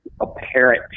apparent